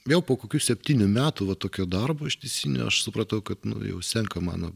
vėl po kokių septynių metų va tokio darbo ištisinio aš supratau kad jau senka mano